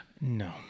no